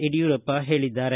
ಯಡಿಯೂರಪ್ಪ ಹೇಳಿದ್ದಾರೆ